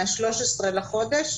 מה-13 לחודש,